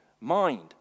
mind